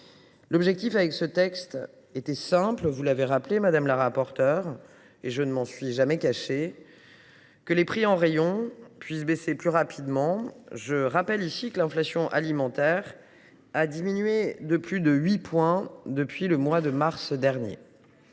objectif avec ce texte était simple, comme vous l’avez rappelé, madame la rapporteure, et je ne m’en suis jamais cachée : que les prix en rayon puissent baisser plus rapidement. Je vous rappelle que l’inflation alimentaire a diminué de plus de 8 points depuis le mois de mars dernier.